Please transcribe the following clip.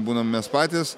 būnam mes patys